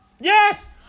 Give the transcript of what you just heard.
Yes